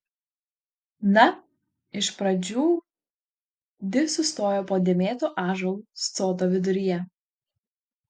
na iš pradžių di sustojo po dėmėtu ąžuolu sodo viduryje